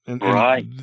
Right